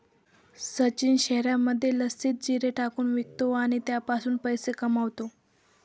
सचिन शहरामध्ये लस्सीत जिरे टाकून विकतो आणि त्याच्यापासून पैसे कमावतो